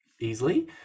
easily